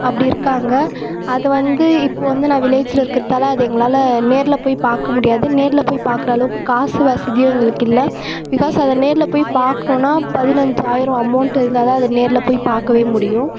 அப்படி இருக்காங்க அதை வந்து இப்போது வந்து நான் வில்லேஜில் இருக்கிறதால அது எங்களால் நேரில் போய் பார்க்க முடியாது நேரில் போய் பார்க்குற அளவுக்கு காசு வசதியும் எங்களுக்கு இல்லை பிகாஸ் அதை நேரில் போய் பார்க்கணுன்னா பதினஞ்சாயிரம் அமௌண்ட் இருந்தால்தான் அதை நேரில் போய் பார்க்கவே முடியும்